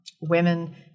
women